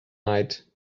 night